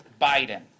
Biden